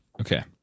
Okay